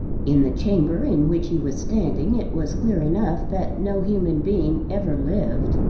in the chamber in which he was standing it was clear enough that no human being ever lived.